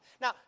Now